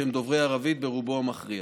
שבהם דוברי ערבית ברובם המכריע.